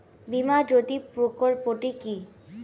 বীমা জ্যোতি প্রকল্পটি কি?